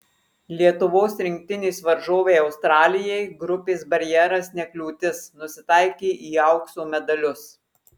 lietuvos rinktinės varžovei australijai grupės barjeras ne kliūtis nusitaikė į aukso medalius